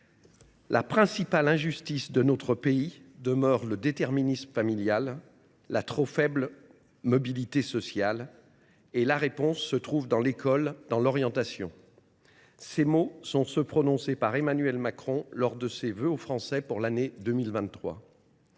la principale injustice de notre pays demeure le déterminisme familial, la trop faible mobilité sociale. Et la réponse se trouve dans l’école, dans l’orientation ». Ces mots sont ceux prononcés par Emmanuel Macron, lors de ses vœux aux Français pour l’année 2023.